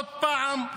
עוד פעם,